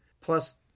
Plus